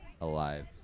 alive